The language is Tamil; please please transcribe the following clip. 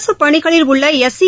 அரசுப் பணிகளில் உள்ள எஸ் சி